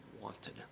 wanted